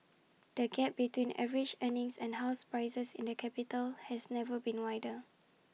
the gap between average earnings and house prices in the capital has never been wider